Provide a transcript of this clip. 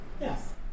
Yes